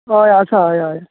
हय आसा हय हय